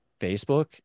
Facebook